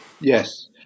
Yes